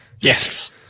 Yes